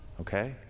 okay